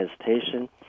hesitation